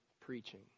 preaching